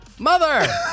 Mother